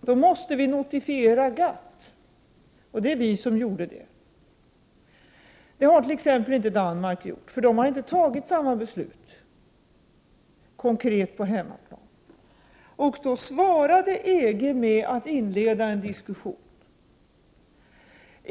Då måste vi notifiera GATT. Det var vi som gjorde det. Det har t.ex. inte Danmark gjort, för där har man inte konkret på hemmaplan fattat samma beslut. EG svarade då med att inleda en diskussion.